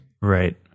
Right